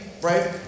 right